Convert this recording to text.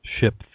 ship